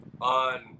on